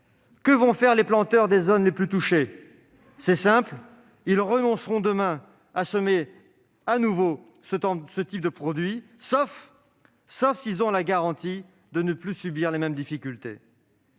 Que vont faire les planteurs des zones les plus touchées ? C'est simple, ils renonceront demain à semer de nouveau ce type de produits, sauf s'ils obtiennent la garantie de ne plus supporter les mêmes difficultés.